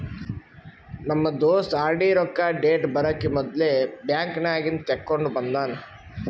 ನಮ್ ದೋಸ್ತ ಆರ್.ಡಿ ರೊಕ್ಕಾ ಡೇಟ್ ಬರಕಿ ಮೊದ್ಲೇ ಬ್ಯಾಂಕ್ ನಾಗಿಂದ್ ತೆಕ್ಕೊಂಡ್ ಬಂದಾನ